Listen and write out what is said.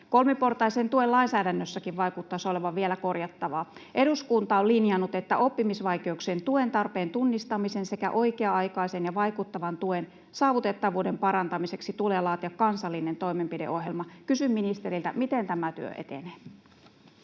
Kolmiportaisen tuen lainsäädännössäkin vaikuttaisi olevan vielä korjattavaa. Eduskunta on linjannut, että oppimisvaikeuksien tuentarpeen tunnistamisen sekä oikea-aikaisen ja vaikuttavan tuen saavutettavuuden parantamiseksi tulee laatia kansallinen toimenpideohjelma. Kysyn ministeriltä: miten tämä työ etenee?